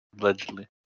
Allegedly